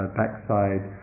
backside